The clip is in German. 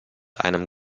einem